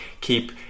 keep